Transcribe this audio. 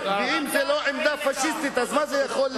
ואם זאת לא עמדה פאשיסטית, אז מה זה יכול להיות?